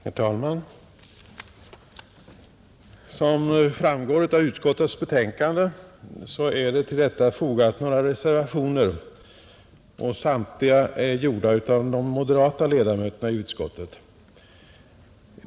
Herr talman! Som framgår av utskottets betänkande är till detta fogade några reservationer, samtliga gjorda av de moderata ledamöterna i utskottet.